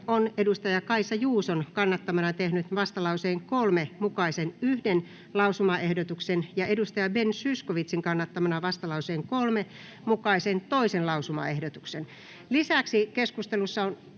Sari Essayah Kaisa Juuson kannattamana tehnyt vastalauseen 3 mukaisen 1. lausumaehdotuksen ja edustaja Ben Zyskowiczin kannattamana vastalauseen 3 mukaisen 2. lausumaehdotuksen. Lisäksi keskustelussa on